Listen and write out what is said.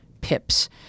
Pip's